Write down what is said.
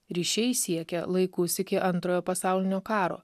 ryšiai siekia laikus iki antrojo pasaulinio karo